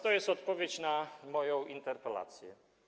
To jest odpowiedź na moją interpelację.